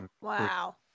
Wow